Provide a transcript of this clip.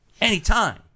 anytime